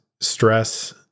stress